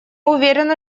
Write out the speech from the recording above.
уверены